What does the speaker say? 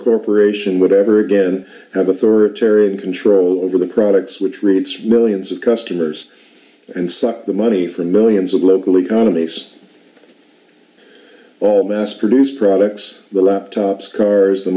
corporation would ever again have authoritarian control over the products which routes really ins of customers and suck the money for millions of local economies all mass produced products the laptops cars the